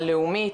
הלאומית,